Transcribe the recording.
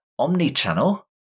Omnichannel